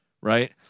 right